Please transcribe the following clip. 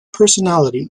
personality